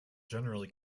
generally